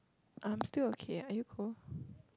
I'm still okay are you cold